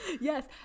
yes